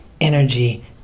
energy